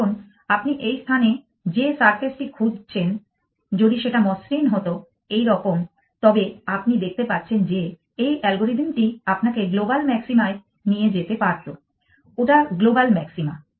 এখন আপনি এই স্থানে যে সারফেসটি খুঁজছেন যদি সেটা মসৃণ হত এই রকম তবে আপনি দেখতে পাচ্ছেন যে এই অ্যালগরিদম টি আপনাকে গ্লোবাল ম্যাক্সিমায় নিয়ে যেতে পারত ওটা গ্লোবাল ম্যাক্সিমা